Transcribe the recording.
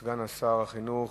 סגן שר החינוך,